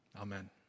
Amen